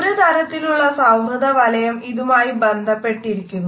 ഒരു തരത്തിലുള്ള സൌഹൃദവലയം ഇതുമായി ബന്ധപ്പെട്ടിരിക്കുന്നു